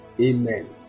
amen